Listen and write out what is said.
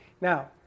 now